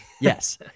Yes